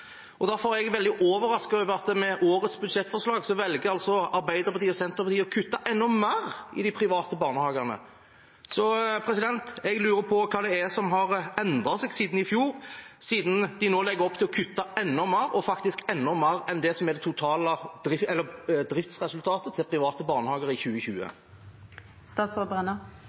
Derfor er jeg veldig overrasket over at Arbeiderpartiet og Senterpartiet med årets budsjettforslag velger å kutte enda mer i de private barnehagene. Jeg lurer på hva som har endret seg siden i fjor, siden de nå legger opp til å kutte enda mer – og faktisk enda mer enn det som er det totale driftsresultatet til private barnehager i